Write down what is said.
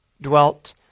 dwelt